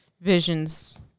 visions